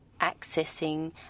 accessing